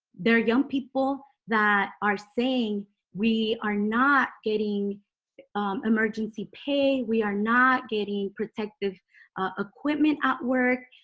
there are young people that are saying we are not getting emergency pay we are not getting protective equipment at work.